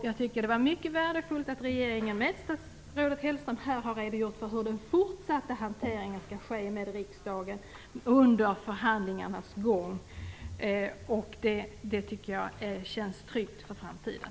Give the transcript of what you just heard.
Jag tycker att det är mycket värdefullt att regeringen genom statsrådet Mats Hellström här har redogjort för hur den fortsatta hanteringen med riksdagen skall ske under förhandlingarnas gång. Det tycker jag känns tryggt för framtiden.